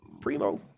Primo